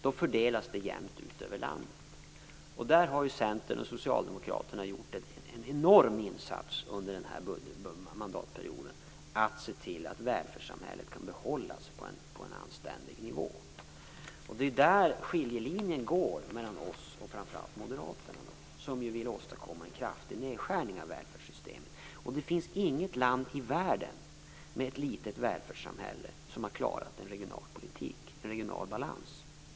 Den fördelas jämnt över landet. Centern och Socialdemokraterna har gjort en enorm insats under denna mandatperiod när det gäller att behålla välfärdssamhället på en anständig nivå. Det är där skiljelinjen går mellan oss och framför allt Moderaterna, som vill åstadkomma en kraftig nedskärning av välfärdssystemet. Det finns inget land i världen med liten välfärd som har klarat en regional balans.